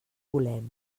volem